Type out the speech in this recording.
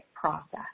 process